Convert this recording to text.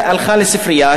הלכה לספרייה,